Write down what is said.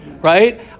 right